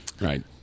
Right